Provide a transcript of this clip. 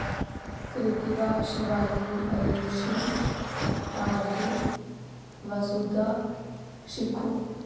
Kritika Shivali Aayushi Aarzoo Vasuda Shikhu